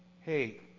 Hey